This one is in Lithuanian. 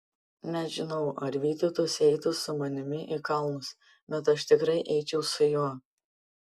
nežinau ar vytautas eitų su manimi į kalnus bet aš tikrai eičiau su juo